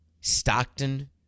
Stockton